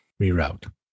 Reroute